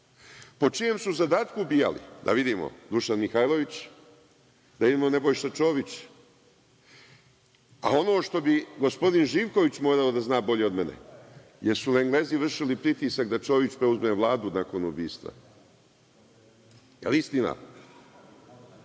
Po čijem su zadatku ubijali? Da vidimo, Dušan Mihajlović, da vidimo Nebojša Čović, a ono što bi gospodin Živković morao da zna bolje od mene jer su Englezi vršili pritisak da Čović preuzme Vladu nakon ubistva. Jel istina?